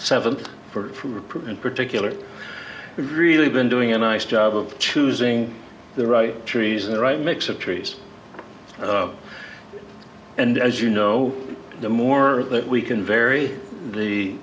seventh for approval in particular really been doing a nice job of choosing the right trees and the right mix of trees and as you know the more that we can vary the